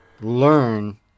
learn